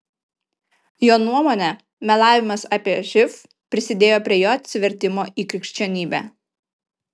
jo nuomone melavimas apie živ prisidėjo prie jo atsivertimo į krikščionybę